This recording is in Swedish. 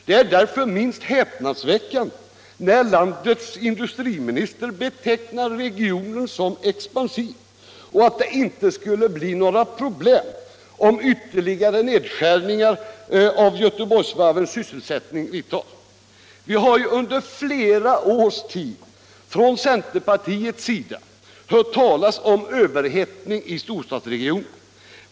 Det är därför minst sagt häpnadsväckande när landets industriminister betecknar regionen som expansiv och säger att det inte skulle bli några problem om ytterligare nedskärningar av Göteborgsvärvens sysselsättning vidtas. Vi har ju under flera års tid från centerpartiets sida hört talas om Överhettning i storstadsregionerna.